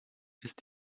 ist